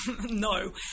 no